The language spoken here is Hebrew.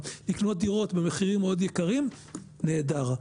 לקנות דירות במחירים מאוד יקרים נהדר.